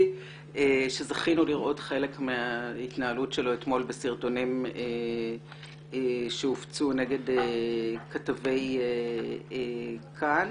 שזכינו לראות חלק מההתנהלות שלו אתמול בסרטונים שהופצו נגד כתבי כאן.